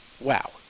wow